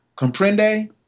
Comprende